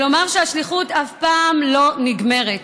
לומר שהשליחות אף פעם לא נגמרת